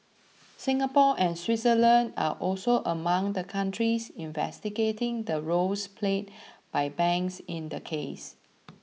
Singapore and Switzerland are also among the countries investigating the roles played by banks in the case